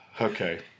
Okay